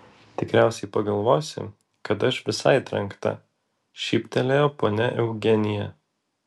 tikriausiai pagalvosi kad aš visai trenkta šyptelėjo ponia eugenija